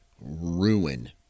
ruin